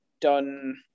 done